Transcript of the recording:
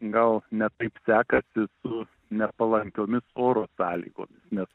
gal ne taip sekasi su nepalankiomis oro sąlygomis nes